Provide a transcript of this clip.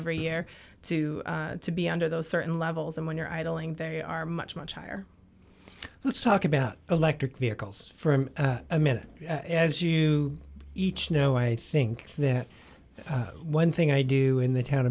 every year or two to be under those certain levels and when you're idling they are much much higher let's talk about electric vehicles for a minute as you each know i think that one thing i do in the town